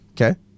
Okay